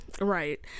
right